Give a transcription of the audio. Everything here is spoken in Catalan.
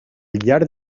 llarg